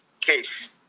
case